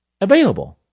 available